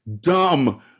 dumb